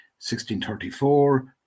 1634